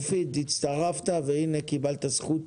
חבר הכנסת מופיד מרעי, הצטרפת וקיבלת זכות